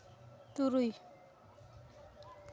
ᱛᱩᱨᱩᱭ